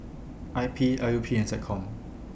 I P L U P and Seccom